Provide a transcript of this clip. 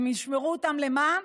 הם ישמרו אותם למה?